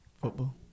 football